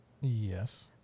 Yes